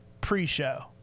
pre-show